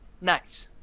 nice